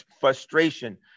frustration